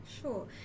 Sure